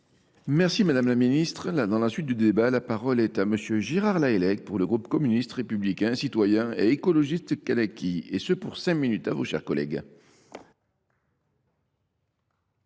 Merci Madame la Ministre. Là dans l'insuite du débat, la parole est à Monsieur Gérard Lailaig pour le groupe communiste républicain, citoyen et écologiste Calaqui et ce pour cinq minutes à vos chers collègues.